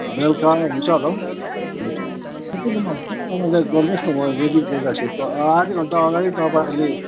बेलुका हुन्छ होला हौ हुन्छ कतिजना हुन्छ तपाईँहरूले गर्नोस न म अहिले रेडी गरिराख्छु आ आधा घन्टा अगाडी तपाईँहरूले